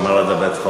אני אומר את זה בצחוק.